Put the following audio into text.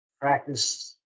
Practice